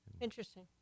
Interesting